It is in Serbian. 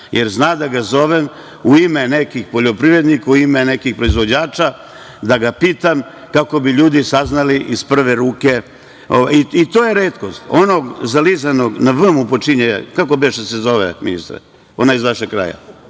jer zna da ga zovem u ime nekih poljoprivrednika, u ime nekih proizvođača, da ga pitam kako bi ljudi saznali iz prve ruke. To je retkost. Onog zalizanog, na V mu počinje prezime, kako beše se zove, ministre, onaj iz vašeg kraja?